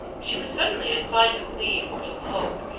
she was suddenly inclined to believe, or to hope,